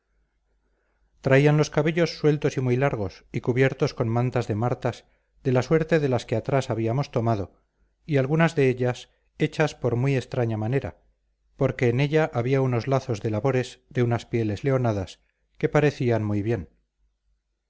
traían los cabellos sueltos y muy largos y cubiertos con mantas de martas de la suerte de las que atrás habíamos tomado y algunas de ellas hechas por muy extraña manera porque en ella había unos lazos de labores de unas pieles leonadas que parecían muy bien